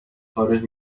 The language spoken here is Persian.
خارج